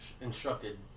Instructed